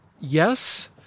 yes